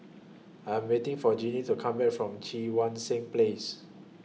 I Am waiting For Jinnie to Come Back from Cheang Wan Seng Place